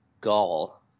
gall